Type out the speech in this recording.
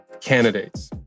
candidates